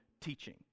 teaching